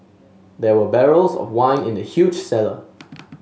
there were barrels of wine in the huge cellar